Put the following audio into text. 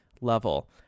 level